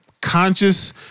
conscious